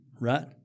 right